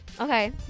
Okay